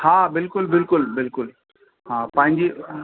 हा बिल्कुलु बिल्कुलु बिल्कुलु हा पंहिंजी